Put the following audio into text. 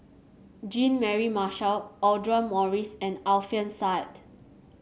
Jean Mary Marshall Audra Morrice and Alfian Sa'at